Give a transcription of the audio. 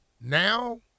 Now